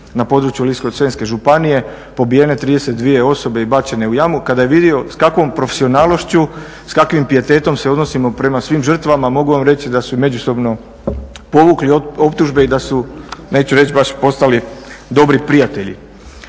na području Ličko-senjske županije pobijene 32 osobe i bačene u jamu. Kad je vidio s kakvom profesionalnošću s kakvim pijetetom se odnosimo prema svim žrtvama mogu vam reći da su i međusobno povukli optužbe i da su, neću reći baš postali dobri prijatelji.